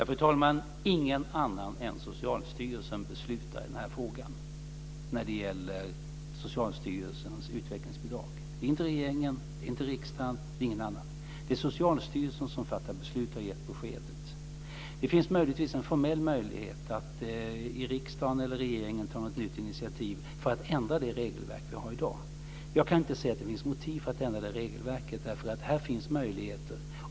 Fru talman! Ingen annan än Socialstyrelsen beslutar om Socialstyrelsens utvecklingsbidrag. Det är inte regeringen. Det är inte riksdagen. Det är ingen annan. Det är Socialstyrelsen som fattar beslut och har gett beskedet. Det finns möjligtvis en formell möjlighet att i riksdagen eller regeringen ta initiativ för att ändra det regelverk vi har i dag. Jag kan inte se att det finns motiv för att göra det. Här finns möjligheter.